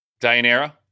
Dianera